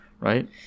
right